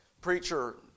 preacher